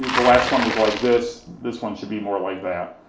the last one was like this, this one should be more like that,